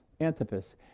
Antipas